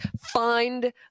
find